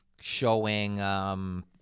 showing